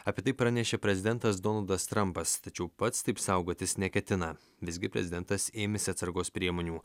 apie tai pranešė prezidentas donaldas trampas tačiau pats taip saugotis neketina visgi prezidentas ėmėsi atsargos priemonių